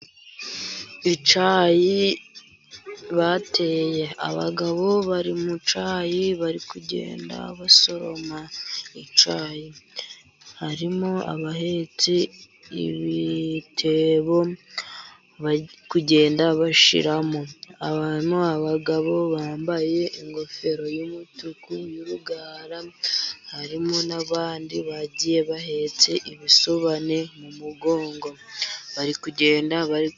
Icyayi bateye. Abagabo bari mu cyayi bari kugenda basoroma icyayi. Harimo abahetse ibitebo bari kugenda bashyiramo. Abantu, abagabo bambaye ingofero y'umutuku y'urugara harimo n'abandi bagiye bahetse ibisobane mu mugongo. Bari kugenda...